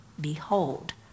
Behold